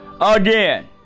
Again